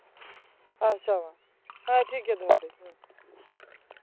ᱟᱪᱪᱷᱟ ᱢᱟ ᱦᱮᱸ ᱴᱷᱤᱠᱜᱮᱭᱟ ᱫᱚᱦᱚᱭᱤᱫᱟᱹᱧ ᱦᱮᱸ